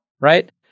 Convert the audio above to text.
right